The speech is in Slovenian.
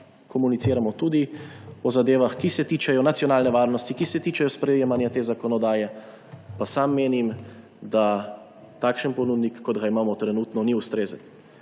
komuniciramo tudi o zadevah, ki se tičejo nacionalne varnosti, ki se tičejo sprejemanja te zakonodaje, pa sam menim, da takšen ponudnik, kot ga imamo trenutno, ni ustrezen.